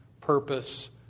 purpose